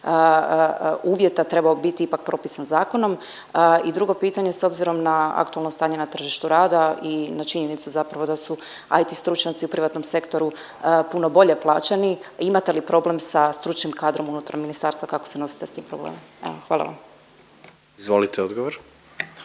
uvjeta trebao biti ipak propisan zakonom i drugo pitanje, s obzirom na aktualno stanje na tržištu rada i na činjenicu zapravo da su IT stručnjaci u privatnom sektoru puno bolje plaćeni, imate li problem sa stručnim kadrom unutar ministarstva i kako se nosite s tim problemom? Evo, hvala vam. **Jandroković,